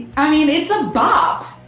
i mean, it's a bop.